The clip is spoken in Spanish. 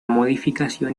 modificación